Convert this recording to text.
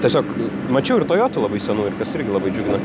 tiesiog mačiau ir tojotų labai senų ir tas irgi labai džiugu